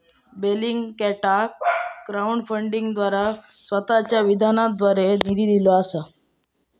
बेलिंगकॅटाक क्राउड फंडिंगद्वारा स्वतःच्या विधानाद्वारे निधी दिलो जाता